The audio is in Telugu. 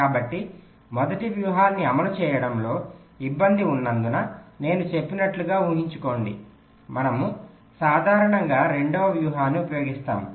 కాబట్టి మొదటి వ్యూహాన్ని అమలు చేయడంలో ఇబ్బంది ఉన్నందున నేను చెప్పినట్లుగా ఊహించుకోండి మనము సాధారణంగా రెండవ వ్యూహాన్ని ఉపయోగిస్తాము